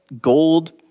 gold